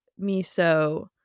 miso